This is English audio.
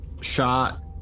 shot